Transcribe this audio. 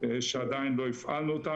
שעדיין לא הפעלנו אותם.